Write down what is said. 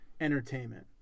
entertainment